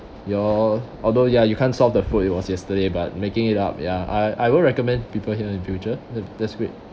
your although ya you can't solve the food it was yesterday but making it up ya I I will recommend people here in future that that's great